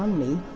um me!